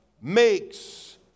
makes